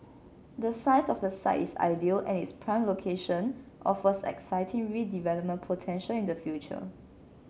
the size of the site is ideal and its prime location offers exciting redevelopment potential in the future